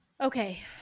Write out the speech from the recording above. okay